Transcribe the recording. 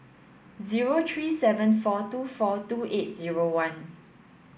zero three seven four two four two eight zero one